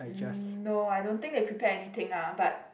mm no I don't think they prepare anything ah but